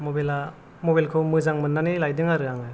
mobile खौ मोजां मोननानै लायदों आरो आङो